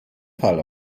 fall